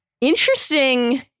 Interesting